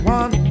one